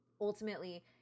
ultimately